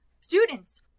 students